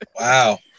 Wow